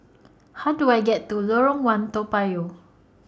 How Do I get to Lorong one Toa Payoh